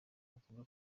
avuga